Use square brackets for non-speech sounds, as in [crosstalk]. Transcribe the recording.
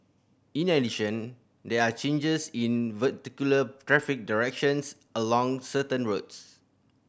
in addition there are changes in [unintelligible] traffic direction along certain roads